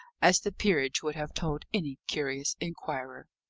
as the peerage would have told any curious inquirer.